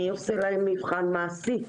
מי עושה להם מבחן מעשי?